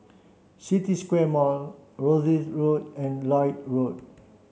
City Square Mall Rosyth Road and Lloyd Road